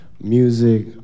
music